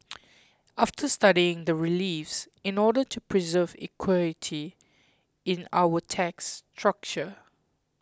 after studying the reliefs in order to preserve equity in our tax structure